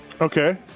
okay